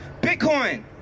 Bitcoin